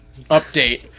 update